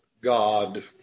God